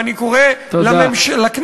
והוא מספיק ל-25 שנים.